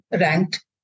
ranked